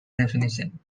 definition